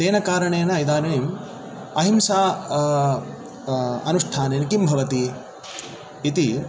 तेन कारणेन इदानीम् अहिंसा अनुष्ठाने किं भवति इति